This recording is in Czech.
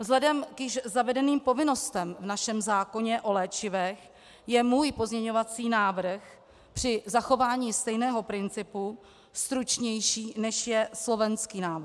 Vzhledem k již zavedeným povinnostem v našem zákoně o léčivech je můj pozměňovací návrh při zachování stejného principu stručnější, než je slovenský návrh.